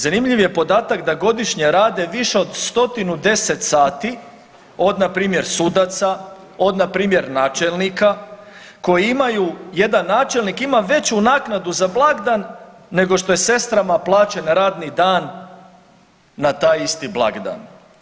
Zanimljiv je podatak da godišnje rade više od 110 sati od npr. sudaca, od npr. načelnika, koji imaju, jedan načelnik ima veću naknadu za blagdan nego što je sestrama plaćen radni dan na taj isti blagdan.